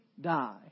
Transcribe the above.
die